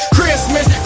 Christmas